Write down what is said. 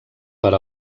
per